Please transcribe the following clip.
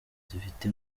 zifite